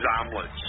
omelets